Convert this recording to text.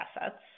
assets